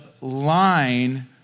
line